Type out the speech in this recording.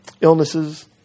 Illnesses